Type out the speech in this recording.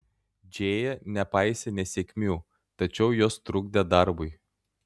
džėja nepaisė nesėkmių tačiau jos trukdė darbui